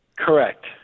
Correct